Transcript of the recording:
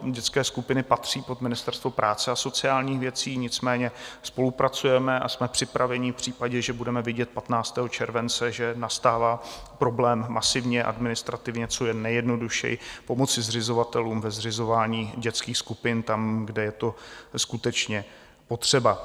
Dětské skupiny patří pod Ministerstvo práce a sociálních věcí, nicméně spolupracujeme a jsme připraveni v případě, že budeme vědět 15. července, že nastává problém masivně, administrativně co nejjednodušeji pomoci zřizovatelům ve zřizování dětských skupin tam, kde je to skutečně potřeba.